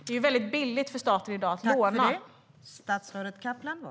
Det är ju väldigt billigt för staten i dag att låna.